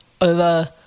over